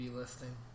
listing